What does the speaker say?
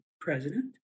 president